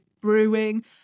brewing